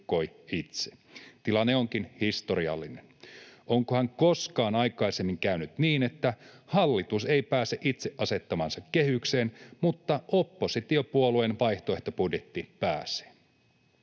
Tilanne onkin historiallinen. Onkohan koskaan aikaisemmin käynyt niin, että hallitus ei pääse itse asettamaansa kehykseen mutta oppositiopuolueen vaihtoehtobudjetti pääsee.